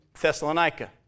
Thessalonica